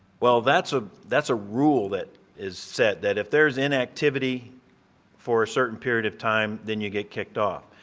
well, that's ah that's a rule that is set that if there's inactivity for a certain period of time then you get kicked off.